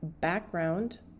background